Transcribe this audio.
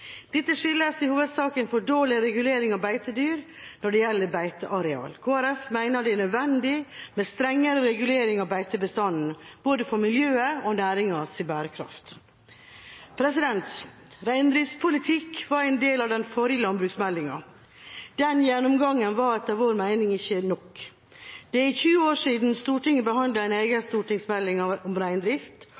Dette skyldes i hovedsak en for dårlig regulering av beitedyr når det gjelder beiteareal. Kristelig Folkeparti mener det er nødvendig med strengere regulering av beitebestanden for både miljøets og næringens bærekraft. Reindriftspolitikk var en del av den forrige landbruksmeldingen. Den gjennomgangen var etter vår mening ikke nok. Det er 20 år siden Stortinget behandlet en egen stortingsmelding om